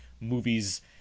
movies